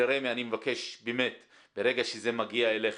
מרמ"י אני מבקש, ברגע שזה מגיע אליכם,